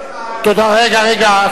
אני מציע לך, רגע, רגע,